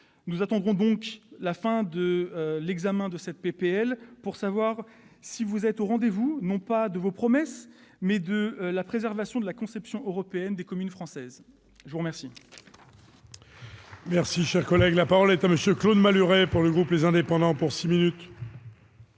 Nous attendrons donc la fin de l'examen de la proposition de loi pour savoir si vous êtes au rendez-vous, non pas de vos promesses, mais de la préservation de la conception européenne des communes françaises. La parole